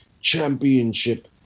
championship